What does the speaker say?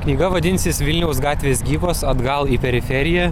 knyga vadinsis vilniaus gatvės gyvos atgal į periferiją